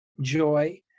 joy